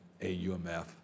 AUMF